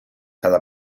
cada